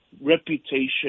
reputation